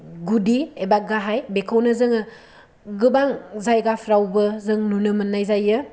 गुदि एबा गाहाय बेखौनो जोङो गोबां जायगाफ्रावबो जों नुनो मोननाय जायो